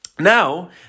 Now